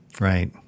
Right